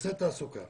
נושא התעסוקה